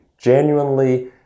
genuinely